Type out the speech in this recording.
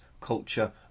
culture